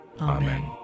Amen